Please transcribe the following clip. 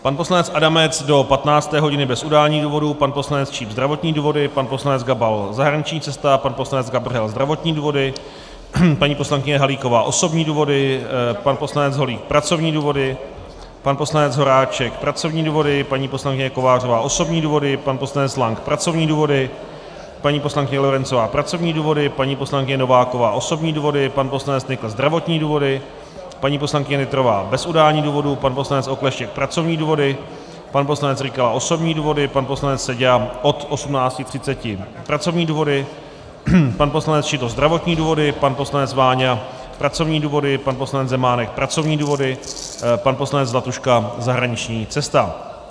Pan poslanec Adamec do 15. hodiny bez udání důvodu, pan poslanec Číp zdravotní důvody, pan poslanec Gabal zahraniční cesta, pan poslanec Gabrhel zdravotní důvody, paní poslankyně Halíková osobní důvody, pan poslanec Holík pracovní důvody, pan poslanec Horáček pracovní důvody, paní poslankyně Kovářová osobní důvody, pan poslanec Lank pracovní důvody, paní poslankyně Lorencová pracovní důvody, paní poslankyně Nováková osobní důvody, pan poslanec Nykl zdravotní důvody, paní poslankyně Nytrová bez udání důvodu, pan poslanec Okleštěk pracovní důvody, pan poslanec Rykala osobní důvody, pan poslanec Seďa od 18.30 hodin pracovní důvody, pan poslanec Šidlo zdravotní důvody, pan poslanec Váňa pracovní důvody, pan poslanec Zemánek pracovní důvody, pan poslanec Zlatuška zahraniční cesta.